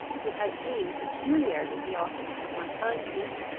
who has been peculiarly the object of my kindness,